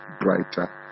Brighter